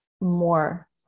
more